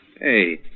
Hey